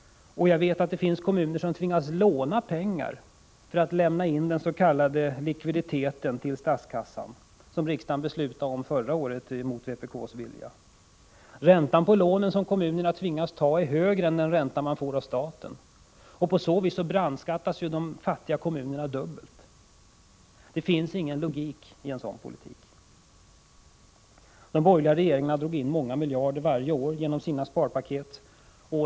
Det finns kommuner som tvingas låna pengar för att kunna betala in de s.k. likviditetsindragningar till statskassan som riksdagen beslutade om förra året, mot vpk:s vilja. Räntan på lånen som kommunerna tvingas ta är högre än den ränta som man får från staten, och på så sätt brandskattas de fattiga kommunerna dubbelt. Det finns ingen logik i en sådan politik. De borgerliga regeringarna drog in många miljarder varje år genom sina sparpaket.